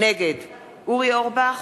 נגד אורי אורבך,